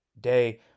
day